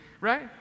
right